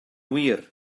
wir